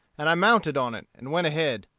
and i mounted on it and went ahead.